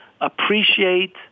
appreciate